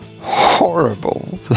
horrible